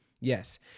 Yes